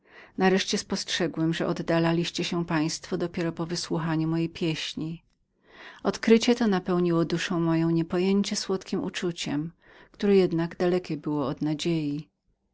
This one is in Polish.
nareszcie spostrzegłem że oddalaliście się państwo dopiero po wysłuchaniu moich pieśni odkrycie to napełniło duszę moją niepojętem słodkiem uczuciem które jednak dalekiem było od nadziei